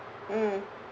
mm